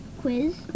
Quiz